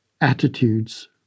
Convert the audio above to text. attitudes